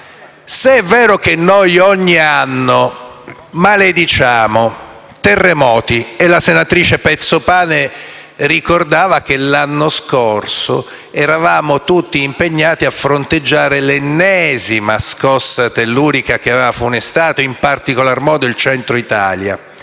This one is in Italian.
Se è vero che noi ogni anno malediciamo terremoti e la senatrice Pezzopane ricordava che l'anno scorso eravamo tutti impegnati a fronteggiare l'ennesima scossa tellurica che aveva funestato in particolar modo il Centro Italia,